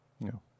No